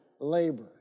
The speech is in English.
labor